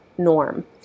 norm